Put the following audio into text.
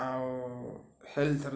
ଆଉ ହେଲଥ୍ର ଯେଉଁ